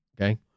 Okay